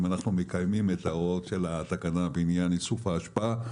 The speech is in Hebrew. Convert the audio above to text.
אנחנו מקיימים את ההוראות של התקנה בעניין איסוף האשפה,